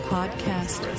Podcast